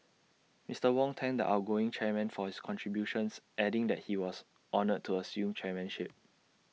Mister Wong thanked the outgoing chairman for his contributions adding that he was honoured to assume chairmanship